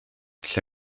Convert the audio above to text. lle